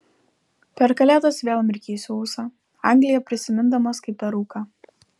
per kalėdas vėl mirkysiu ūsą angliją prisimindamas kaip per rūką